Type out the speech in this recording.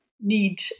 need